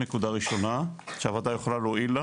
זו נקודה ראשונה שהוועדה יכולה להועיל לה